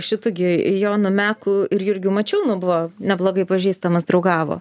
šitu gi jonu meku ir jurgiu mačiūnu buvo neblogai pažįstamas draugavo